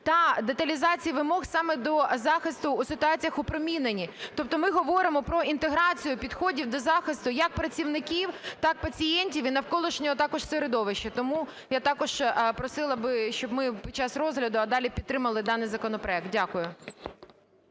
та деталізації вимог саме до захисту у ситуаціях опромінення. Тобто ми говоримо про інтеграцію підходів до захисту як працівників, так і пацієнтів, і навколишнього також середовища. Тому я також просила би, щоб ми під час розгляду, а далі підтримали даний законопроект. Дякую.